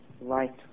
right